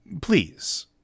Please